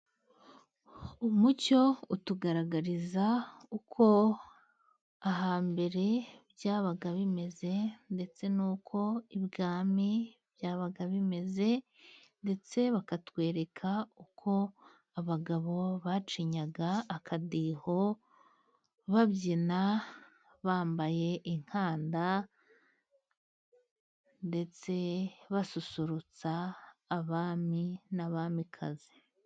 Umucyo utugaragariza uko ahambere byabaga bimeze ndetse n'uko ibwami byabaga bimeze ndetse bakatwereka uko abagabo bacinyaga akadiho, babyina bambaye inkanda ndetse basusurutsa abami n'abamikazi.